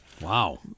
Wow